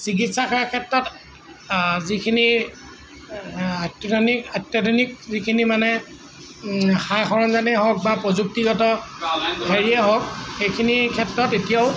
চিকিৎসা সেৱাৰ ক্ষেত্ৰত যিখিনি আত্য়ধুনিক অত্যাধুনিক যিখিনি মানে সা সৰঞ্জামেই হওক বা প্ৰযুক্তিগত হেৰিয়েই হওক সেইখিনি ক্ষেত্ৰত এতিয়াও